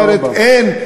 אחרת אין,